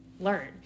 learn